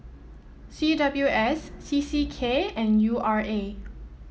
C W S C C K and U R A